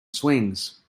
swings